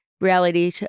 reality